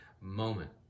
moment